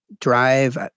drive